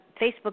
Facebook